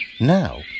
Now